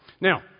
Now